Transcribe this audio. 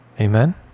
amen